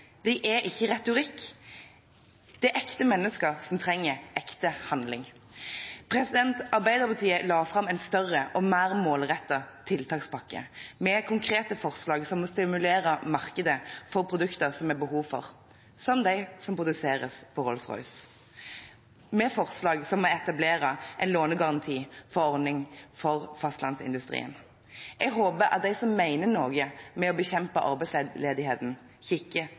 er ikke retorikk, de er ekte mennesker som trenger ekte handling. Arbeiderpartiet har lagt fram en større og mer målrettet tiltakspakke, med konkrete forslag som å stimulere markedet for produkter som det er behov for – som de som produseres hos Rolls Royce – og med forslag som å etablere en lånegarantiordning for fastlandsindustrien. Jeg håper at de som mener noe med å bekjempe arbeidsledigheten, kikker